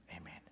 amen